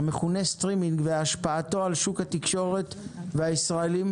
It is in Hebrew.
והשפעתם על שוק התקשורת הישראלי.